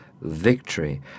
victory